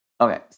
Okay